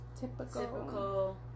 typical